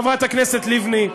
חברת הכנסת לבני,